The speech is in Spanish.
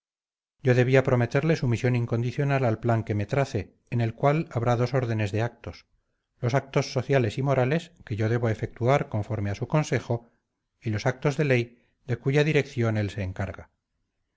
yo debía prometerle sumisión incondicional al plan que me trace en el cual habrá dos órdenes de actos los actos sociales y morales que yo debo efectuar conforme a su consejo y los actos de ley de cuya dirección él se encarga